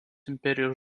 imperijos